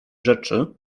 rzeczy